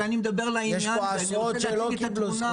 אבל אני מדבר לעניין ואני רוצה להציג את התמונה,